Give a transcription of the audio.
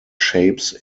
shapes